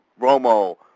Romo